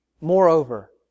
Moreover